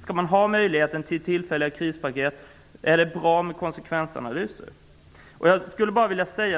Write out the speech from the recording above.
skall finnas möjligheter till tillfälliga krispaket och frågan om konsekvensanalyser.